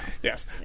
Yes